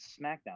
SmackDown